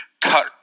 cut